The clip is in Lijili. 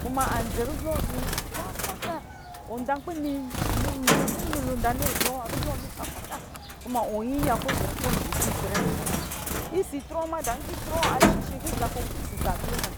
gu ba anjɛ ribli wɔ ni fafaka wɔ nza nkpɛ ni mlu mumlu lo anza kpɛ ni ribli wɔ muna ribli wɔ anɔ fafa ka kɔ ɔzɔrɔ kongisi ipɛrɛ nɛ gakina itrɔ wɔ mada nkɔ itrɔ wɔ shishe kɔ